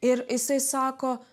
ir jisai sako